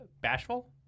bashful